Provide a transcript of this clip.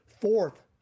Fourth